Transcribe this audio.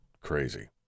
crazy